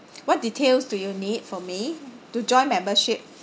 what details do you need for me to join membership